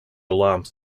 alarms